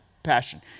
passion